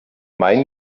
main